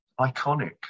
Iconic